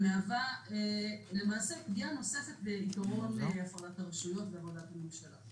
זה מהווה למעשה פגיעה נוספת בעיקרון הפרדת הרשויות ובעבודת הממשלה.